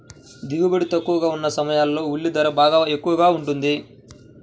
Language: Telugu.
దిగుబడి తక్కువగా ఉన్న సమయాల్లో ఉల్లి ధర బాగా ఎక్కువగా ఉంటుంది